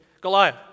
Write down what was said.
Goliath